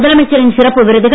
முதலமைச்சரின் சிறப்பு விருதுகள்